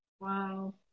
wow